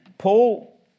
Paul